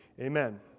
amen